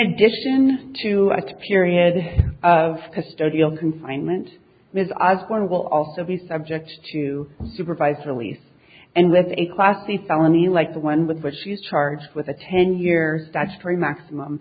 addition to a period of custodial confinement ms us one will also be subject to supervise release and with a class a felony like the one with which she is charged with a ten year that's three maximum